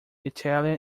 italian